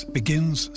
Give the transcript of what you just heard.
begins